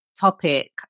topic